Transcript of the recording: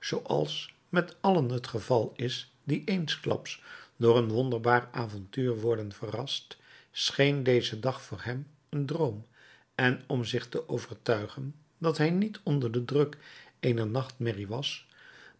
zooals met allen het geval is die eensklaps door een wonderbaar avontuur worden verrast scheen deze dag voor hem een droom en om zich te overtuigen dat hij niet onder den druk eener nacht merrie was